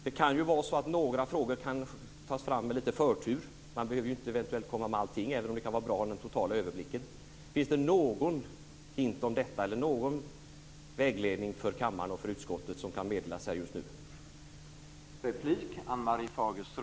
Det kan ju vara så att några frågor kan tas fram med lite förtur; man behöver ju inte komma med allting, även om det kan vara bra med en total överblick. Finns det någon hint om detta eller någon vägledning för kammaren och utskottet som nu kan meddelas här?